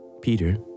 Peter